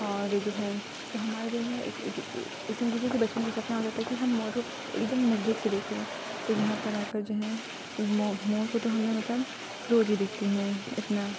اور جو ہے تو ہمارا جو ہے یہ سمجھ لیجیے کہ بچپن میں سپنا ہوتا تھا کہ ہم مور کو ایک دم نزدیک سے دیکھیں تو یہاں پر آ کر جو ہے مور مور کو ہم نے مطلب روز ہی دیکھتے ہیں اتنا